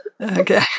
Okay